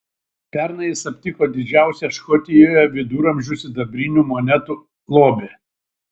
pernai jis aptiko didžiausią škotijoje viduramžių sidabrinių monetų lobį